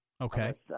Okay